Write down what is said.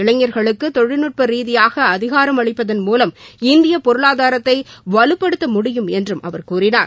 இளைஞ்ர்களுக்கு தொழில்நட்ப ரீதியாக அதிகாரம் அளிப்பதன் மூலம் இந்திய பொருளாதாரத்தை வலுப்படுத்த முடியும் என்றும் அவர் கூறினார்